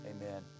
Amen